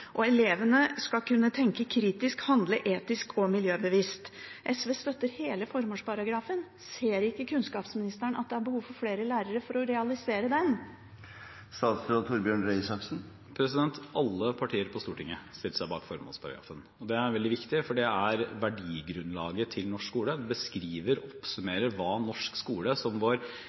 og utforskartrong. Elevane skal lære å tenkje kritisk, handle etisk og miljøbevisst.» SV støtter hele formålsparagrafen. Ser ikke kunnskapsministeren at det er behov for flere lærere for å realisere den? Alle partier på Stortinget stiller seg bak formålsparagrafen. Det er veldig viktig, for det er verdigrunnlaget til norsk skole. Den beskriver og oppsummerer hva norsk skole, som vår